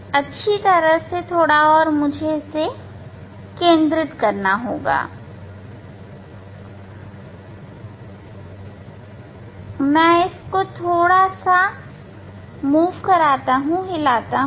मुझ अच्छी तरह केंद्रित करना होगा हां मुझे इसे थोड़ा हिलाना चाहिए